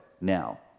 Now